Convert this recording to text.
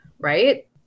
right